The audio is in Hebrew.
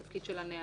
התפקיד של הנהלים,